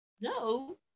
No